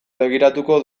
begiratuko